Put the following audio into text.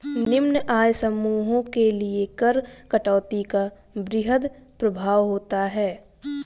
निम्न आय समूहों के लिए कर कटौती का वृहद प्रभाव होता है